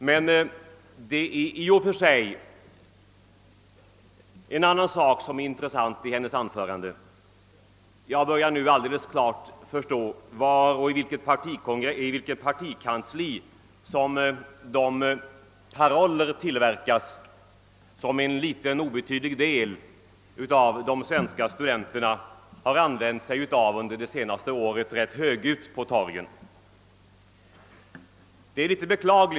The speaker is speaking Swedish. Med det är en annan sak som är intressant i hennes anförande: Jag börjar nu förstå i vilket partikansli som de paroller tillverkas som en liten obetydlig del av de svenska studenterna under det senaste året ganska högljutt har använt sig av på torgen.